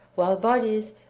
while bodies,